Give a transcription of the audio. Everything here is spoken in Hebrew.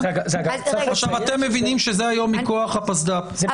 אתם מבינים שזה היום מכוח הפסד"פ.